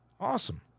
Awesome